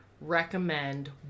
recommend